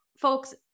folks